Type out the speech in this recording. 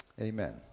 Amen